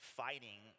fighting